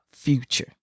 Future